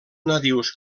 nadius